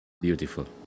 Beautiful